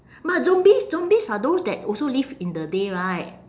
but zombies zombies are those that also live in the day right